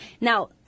Now